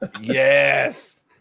Yes